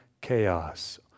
chaos